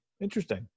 Interesting